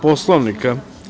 Poslovnika?